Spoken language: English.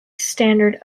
standard